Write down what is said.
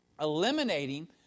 eliminating